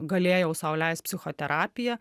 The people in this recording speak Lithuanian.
galėjau sau leist psichoterapiją